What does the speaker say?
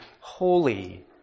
holy